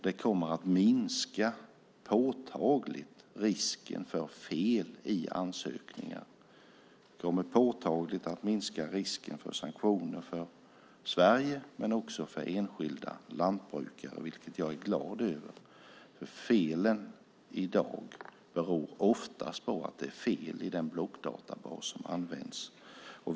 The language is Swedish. Det kommer att påtagligt minska risken för fel i ansökningarna. Det kommer att påtagligt minska risken för sanktioner för Sverige, men också för enskilda lantbrukare, vilket jag är glad över. I dag beror felen oftast på att det är fel i den blockdatabas som används.